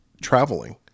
traveling